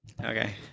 Okay